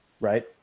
Right